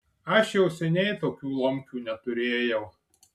aš jau seniai tokių lomkių neturėjau